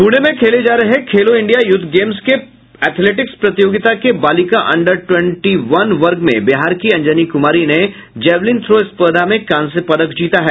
पुणे में खेली जा रहे खेलो इंडिया युथ गेम्स के एथलेटिक्स प्रतियोगिता के बालिका अंडर टवेंटी वन वर्ग में बिहार की अंजनी कुमारी ने जैवलिन थ्रो स्पर्धा में कांस्य पदक जीता है